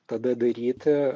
tada daryti